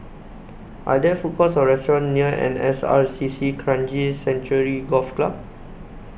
Are There Food Courts Or restaurants near N S R C C Kranji Sanctuary Golf Club